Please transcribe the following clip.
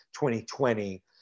2020